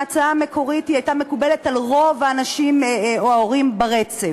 ההצעה המקורית הייתה מקובלת על רוב האנשים או ההורים ברצף.